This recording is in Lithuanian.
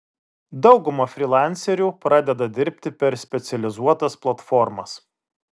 dauguma frylancerių pradeda dirbti per specializuotas platformas